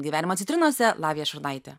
gyvenimo citrinose lavija šurnaitė